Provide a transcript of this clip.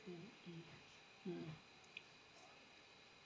mm mm mm